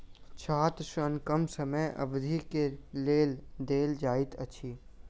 छात्र ऋण कम समय अवधि के लेल देल जाइत अछि